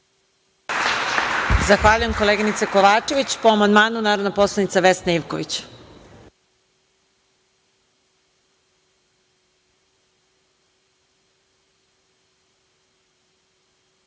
Zahvaljujem koleginice Kovačević. Po amandmanu, narodna poslanica Vesna Ivković.